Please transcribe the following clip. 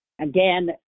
Again